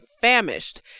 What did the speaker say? famished